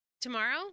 Tomorrow